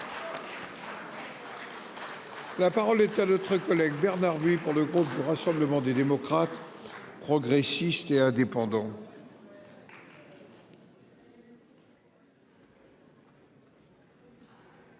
La parole est à M. Bernard Buis, pour le groupe Rassemblement des démocrates, progressistes et indépendants.